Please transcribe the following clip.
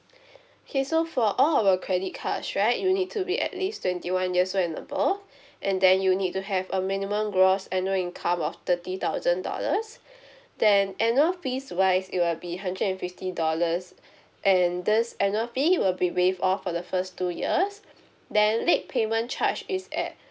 okay so for all our credit cards right you need to be at least twenty one years old and above and then you need to have a minimum gross annual income of thirty thousand dollars then annual fees wise it will be hundred and fifty dollars and this annual fee will be waived off for the first two years then late payment charge is at